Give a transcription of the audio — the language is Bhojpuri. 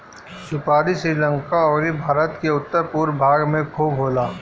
सुपारी श्रीलंका अउरी भारत के उत्तर पूरब भाग में खूब होला